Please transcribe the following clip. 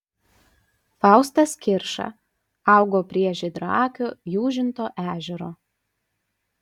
faustas kirša augo prie žydraakio jūžinto ežero